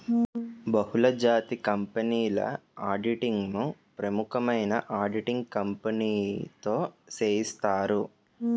బహుళజాతి కంపెనీల ఆడిటింగ్ ను ప్రముఖమైన ఆడిటింగ్ కంపెనీతో సేయిత్తారు